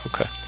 Okay